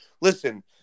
Listen